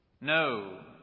No